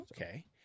Okay